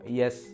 yes